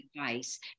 advice